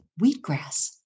wheatgrass